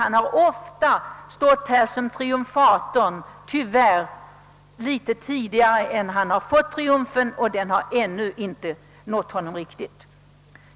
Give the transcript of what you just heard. Han har ofta gjort det, tyvärr litet tidigare än triumfen varit säkrad.